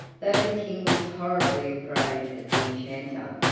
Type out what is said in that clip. though the king was horribly afraid of the enchanter,